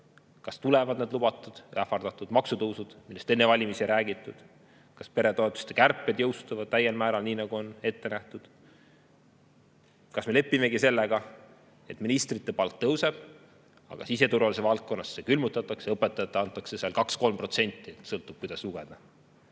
kas tulevad need lubatud või ähvardatud maksutõusud, millest enne valimisi ei räägitud, kas peretoetuste kärped jõustuvad täiel määral, nii nagu on ette nähtud, kas me lepime sellega, et ministrite palk tõuseb, aga siseturvalisuse valdkonnas see külmutatakse, õpetajatele antakse 2–3%, sõltub, kuidas lugeda.